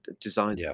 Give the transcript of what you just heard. design